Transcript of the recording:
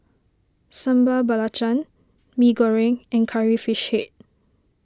Sambal Belacan Mee Goreng and Curry Fish Head